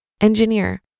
Engineer